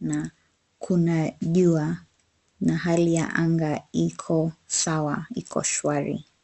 na kuna jua na hali ya anga iko sawa, iko shwari.